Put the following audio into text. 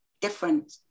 different